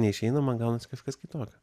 neišeina man gaunasi kažkas kitokio